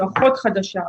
או אחות חדשה,